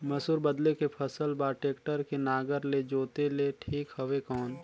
मसूर बदले के फसल बार टेक्टर के नागर ले जोते ले ठीक हवय कौन?